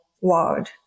world